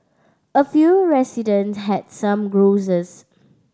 a few resident had some grouses